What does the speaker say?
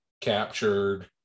captured